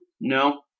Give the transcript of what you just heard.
No